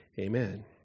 Amen